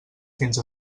fins